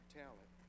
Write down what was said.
talent